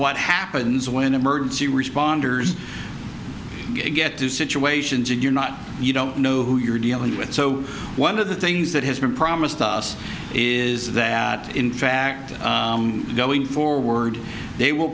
what happens when emergency responders get to situations and you're not you don't know who you're dealing with so one of the things that has been promised us is that in fact going forward they will